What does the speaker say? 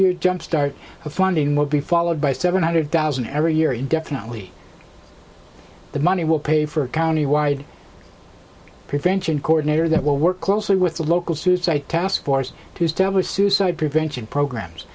year jumpstart the funding will be followed by seven hundred thousand every year indefinitely the money will pay for a county wide prevention coordinator that will work closely with the local suicide taskforce to establish suicide prevention programs